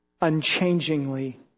unchangingly